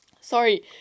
sorry